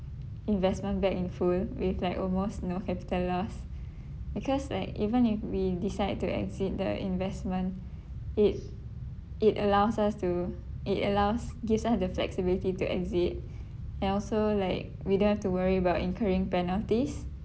investment back in full with like almost no capital loss because like even if we decide to exit the investment it it allows us to it allows gives us the flexibility to exit and also like we don't have to worry about incurring penalties